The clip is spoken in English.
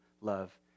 love